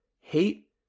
hate